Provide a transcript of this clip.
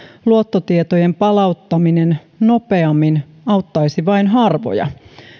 luottotietojen palauttaminen nopeammin auttaisi muka vain harvoja